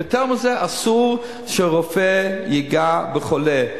אסור שרופא ייגע בחולה.